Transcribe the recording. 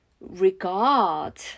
regard